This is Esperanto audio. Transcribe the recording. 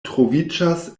troviĝas